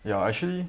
ya actually